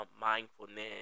mindfulness